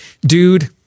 dude